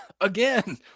Again